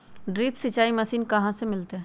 Drip सिंचाई machine कहाँ से मिलतै?